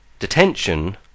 Detention